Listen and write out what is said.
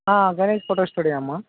Ganesh photo స్టూడియోమ్మా